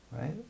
right